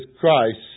Christ